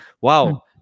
wow